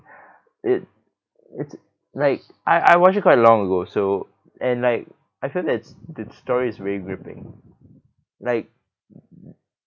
it it's like I I watched it quite long ago so and like I feel that it's the story is very gripping like